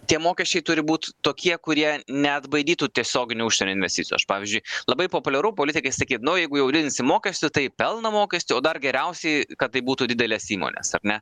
tie mokesčiai turi būt tokie kurie neatbaidytų tiesioginių užsienio investicijų aš pavyzdžiui labai populiaru politikoj sakyt nu jeigu jau didinsi mokestį tai pelno mokestį o dar geriausiai kad tai būtų didelės įmonės ar ne